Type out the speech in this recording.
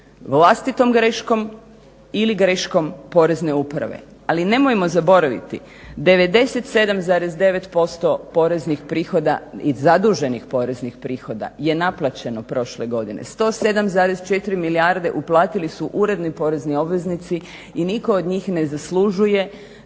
vlastitom greškom ili greškom porezne uprave. Ali nemojmo zaboraviti, 97,9% poreznih prihoda i zaduženih poreznih prihoda je naplaćeno prošle godine. 107,4 milijarde uplatili su uredni porezni obveznici i nitko od njih ne zaslužuje